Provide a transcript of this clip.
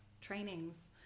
trainings